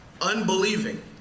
unbelieving